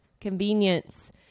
convenience